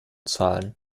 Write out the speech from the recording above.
zahlen